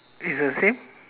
is the same